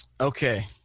Okay